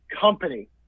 company